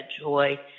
joy